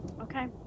Okay